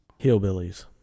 Hillbillies